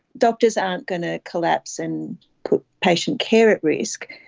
doctors aren't going to collapse and put patient care at risk,